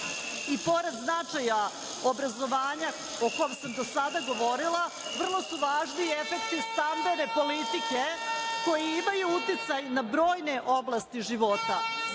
i pored značaja obrazovanja, o kome sam do sada govorila, vrlo su važni efekti i standardi politike, koji imaju uticaj na brojne oblasti života,